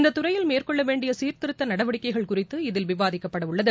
இந்த துறையில் மேற்கொள்ள வேண்டிய சீர்திருத்த நடவடிக்கைகள் குறித்து இதில் விவாதிக்கப்பட உள்ளது